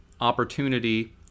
opportunity